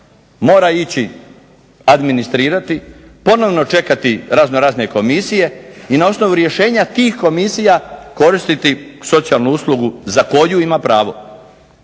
mora ići administrirati, ponovno čekati raznorazne komisije i na osnovu rješenja tih komisija koristiti socijalnu uslugu za koju ima pravo.